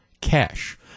cash